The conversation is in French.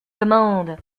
demande